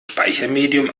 speichermedium